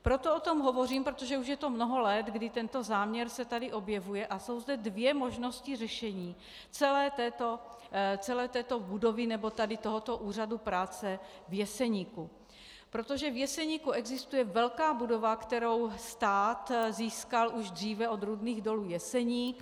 Proto o tom hovořím, protože už je to mnoho let, kdy tento záměr se tady objevil, a jsou zde dvě možnosti řešení celé této budovy nebo tady toho úřadu práce v Jeseníku, protože v Jeseníku existuje velká budova, kterou stát získal už dříve od Rudných dolů Jeseník.